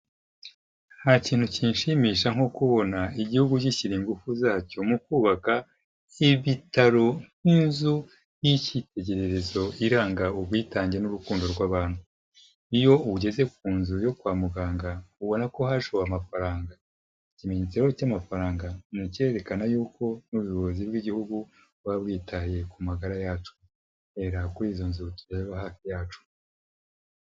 Nta kintu kinshimisha nko kubona igihugu gishyira ingufu zacyo mu kubaka ibitaro nk'inzu y'ikitegererezo iranga ubwitange n'urukundo rw'abantu. Iyo ugeze ku nzu yo kwa muganga ubona ko hashowe amafaranga, ikimenyetso rero cy'amafaranga ni ikerekana yuko ubuyobozi bw'igihugu buba bwitaye ku magara yacu. Hera kuri izo nzu tureba hafi yacu.